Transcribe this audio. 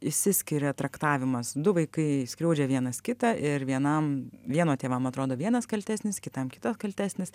išsiskiria traktavimas du vaikai skriaudžia vienas kitą ir vienam vieno tėvam atrodo vienas kaltesnis kitam kitas kaltesnis